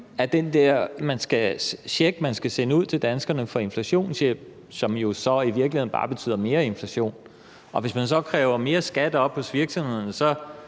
man skal sende ud til danskerne for inflationshjælp, som jo så i virkeligheden bare betyder mere inflation. Og hvis man så kræver mere skat op hos virksomhederne,